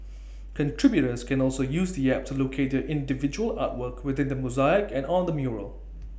contributors can also use the app to locate their individual artwork within the mosaic and on the mural